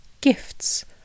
Gifts